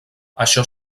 això